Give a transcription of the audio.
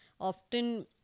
often